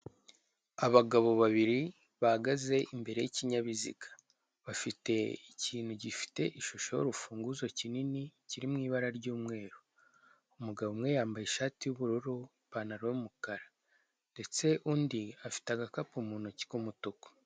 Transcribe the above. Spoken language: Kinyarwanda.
Abagabo babiri bahagaze imbere y'ikinyabiziga, bafite ikintu gifite ishusho y'urufunguzo kinini kiri mu ibara ry'umweru, umugabo umwe yambaye ishati y'ubururu ipantaro y'umukara ndetse undi afite agakapu mu ntoki k'umutuku.